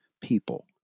people